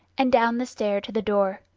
and down the stair to the door.